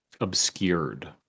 obscured